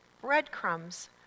breadcrumbs